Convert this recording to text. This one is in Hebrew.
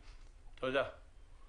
אתה אומר שיש פה הרתעה.